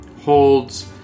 holds